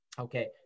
Okay